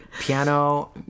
piano